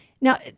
Now